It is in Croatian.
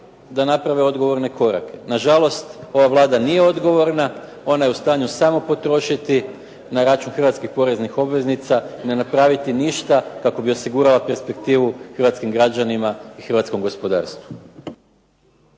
da naprave odgovorne korake. Nažalost, ova Vlada nije odgovorna, ona je u stanju samo potrošiti na račun hrvatskih poreznih obveznika i ne napraviti ništa kako bi osigurala perspektivu hrvatskim građanima i hrvatskom gospodarstvu.